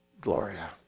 gloria